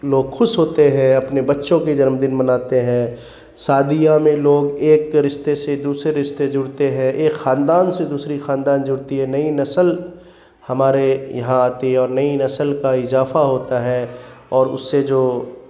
لوگ خوش ہوتے ہیں اپنے بچوں کے جنم دن مناتے ہیں شادیاں میں لوگ ایک کے رشتے سے دوسرے رشتے جڑتے ہیں ایک خاندان سے دوسری خاندان جڑتی ہے نئی نسل ہمارے یہاں آتی ہے اور نئی نسل کا اضافہ ہوتا ہے اور اس سے جو